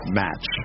match